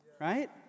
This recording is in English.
right